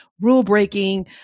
rule-breaking